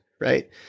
right